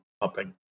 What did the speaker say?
pumping